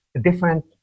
different